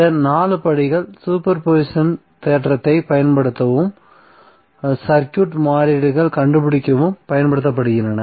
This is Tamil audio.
இந்த 4 படிகள் சூப்பர் போசிஷன் தேற்றத்தைப் பயன்படுத்தவும் சர்க்யூட் மாறிகள் கண்டுபிடிக்கவும் பயன்படுத்தப்படுகின்றன